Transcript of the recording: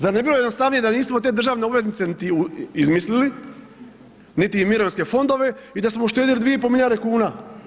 Zar ne bi bilo jednostavnije da nismo te državne obveznice niti izmislili niti mirovinske fondove i da smo uštedili 2,5 milijarde kuna.